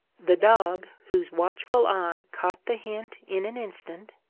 the dog, whose watchful eye caught the hint in an instant,